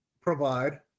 provide